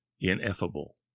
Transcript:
ineffable